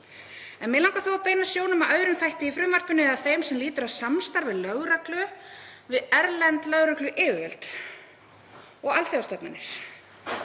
En mig langar að beina sjónum að öðrum þætti í frumvarpinu eða þeim sem lýtur að samstarfi lögreglu við erlend lögregluyfirvöld og alþjóðastofnanir.